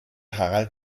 harald